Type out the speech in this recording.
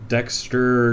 Dexter